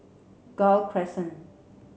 Gul Crescent